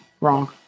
Wrong